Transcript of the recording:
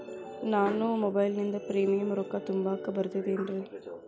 ನಾನು ಮೊಬೈಲಿನಿಂದ್ ಪ್ರೇಮಿಯಂ ರೊಕ್ಕಾ ತುಂಬಾಕ್ ಬರತೈತೇನ್ರೇ?